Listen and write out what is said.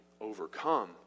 overcome